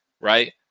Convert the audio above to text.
right